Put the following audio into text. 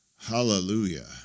Hallelujah